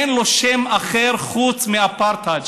אין לו שם אחר חוץ מאפרטהייד.